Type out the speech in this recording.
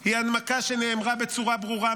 היא הנמקה שנאמרה בצורה ברורה.